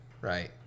right